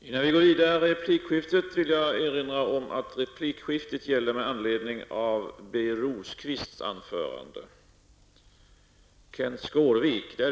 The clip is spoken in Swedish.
Innan vi går vidare i replikskiftet vill jag erinra om att replikskiftet gäller med anledning av Birger